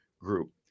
group